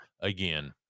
Again